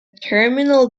terminal